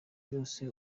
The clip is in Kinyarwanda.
byose